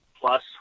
plus